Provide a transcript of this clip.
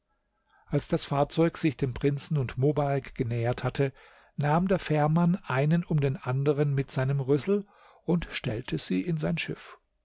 als das fahrzeug sich dem prinzen und mobarek genähert hatte nahm der fährmann einen um den anderen mit seinem rüssel und stellte sie in sein schiff